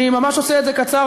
אני ממש עושה את זה קצר,